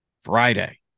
Friday